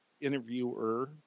interviewer